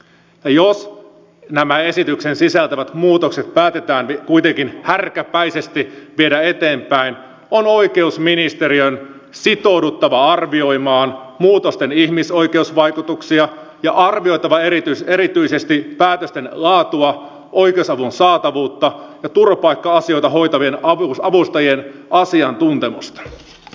jos nämä esityksen sisältämät muutokset päätetään kuitenkin härkäpäisesti viedä eteenpäin on oikeusministeriön sitouduttava arvioimaan muutosten ihmisoikeusvaikutuksia ja arvioitava erityisesti päätösten laatua oikeusavun saatavuutta ja turvapaikka asioita hoitavien avustajien asiantuntemusta